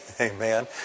amen